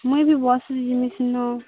ମୁଇଁ ବି ବସ୍ରେ ଯିବି ସେଦିନ